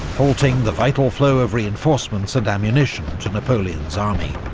halting the vital flow of reinforcements and ammunition to napoleon's army.